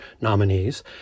nominees